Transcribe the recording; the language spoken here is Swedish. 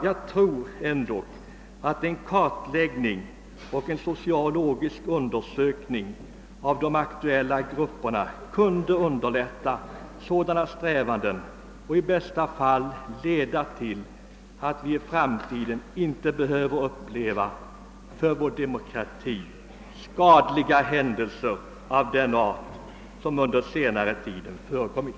Jag tror att en kartläggning och en sociologisk undersökning av de aktuella grupperna kunde underlätta sådana strävanden och i bästa fall leda till att vi i framtiden inte behöver uppleva för vår demokrati skadliga händelser av den art som under senare tid förekommit.